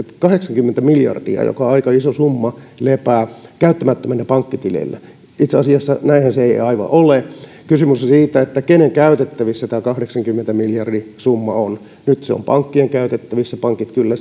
kahdeksankymmentä miljardia joka on aika iso summa lepää käyttämättömänä pankkitileillä itse asiassa näinhän se ei aivan ole vaan kysymys on siitä kenen käytettävissä tämä kahdeksankymmenen miljardin summa on nyt se on pankkien käytettävissä ja pankit kyllä